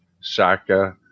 Saka